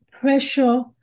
pressure